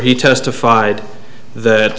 he testified that